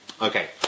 Okay